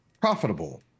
profitable